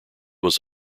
was